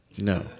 No